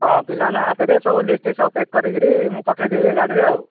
ହଁ ପିଲାମାନଙ୍କ ହାତରେ ସବୁ ଲିଷ୍ଟ ସବୁ ପ୍ୟାକ୍ କରିକିରି ମୁଁ ପଠେଇଦେବି ଏ ଗାଡ଼ିରେ ଆଉ